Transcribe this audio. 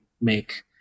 make